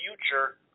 future